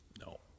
No